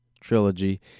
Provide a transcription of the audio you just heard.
trilogy